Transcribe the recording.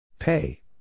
Pay